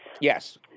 Yes